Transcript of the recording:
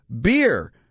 beer